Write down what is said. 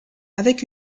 avec